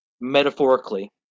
metaphorically